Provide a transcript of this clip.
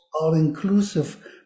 all-inclusive